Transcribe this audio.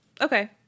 Okay